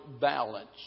balance